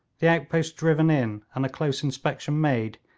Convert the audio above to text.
the outposts driven in, and a close inspection made,